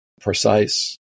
precise